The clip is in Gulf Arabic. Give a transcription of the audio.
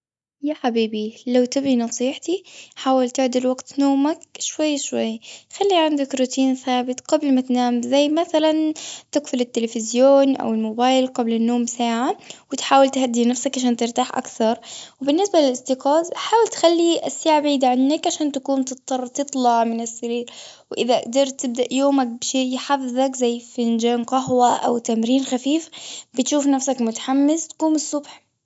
يا حبيبي، لو تبي نصيحتي، حاول تعدل وقت نومك شوي- شوي. خلي عندك روتين ثابت قبل ما تنام. زي مثلاً تقفل التلفزيون، أو الموبايل، قبل النوم ساعة، وتحاول تهدي نفسك، عشان ترتاح أكثر. وبالنسبة للإستيقاظ، حاول تخلي الساعة بعيدة عنك، عشان تكون تضطر تطلع من السرير. وإذا قدرت تبدأ يومك بشيء يحفزك، زي فنجان قهوة، أو تمرين خفيف، بتشوف نفسك متحمس تقوم الصبح.